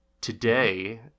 Today